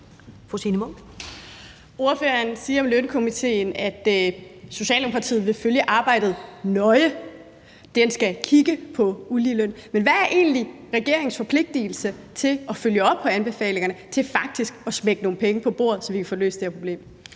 Ordføreren siger om lønstrukturkomitéen, at Socialdemokratiet vil følge arbejdet nøje. Den skal kigge på uligeløn, men hvad er egentlig regeringens forpligtigelse til at følge op på anbefalingerne, til faktisk at smække nogle penge på bordet, så vi kan få løst det her problem?